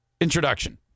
introduction